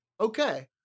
Okay